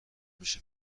میشه